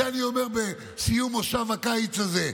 את זה אני אומר בסיום מושב הקיץ הזה.